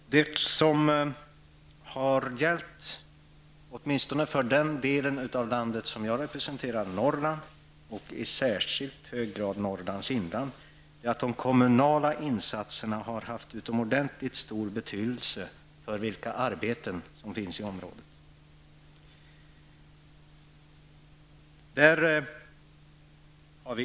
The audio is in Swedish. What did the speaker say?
Det som har gällt, åtminstone för den del av landet som jag representerar, nämligen Norrland, och i särskilt hög grad Norrlands inland, är att de kommunala insatserna har haft utomordentligt stor betydelse för vilka arbeten som finns i området.